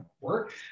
work